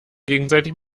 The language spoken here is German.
gegenseitig